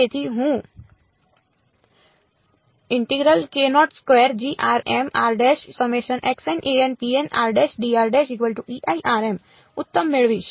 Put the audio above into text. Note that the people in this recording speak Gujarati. તેથી હું ઉત્તમ મેળવીશ